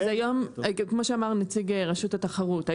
כמו שאמר נציג רשות התחרות,